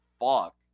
fuck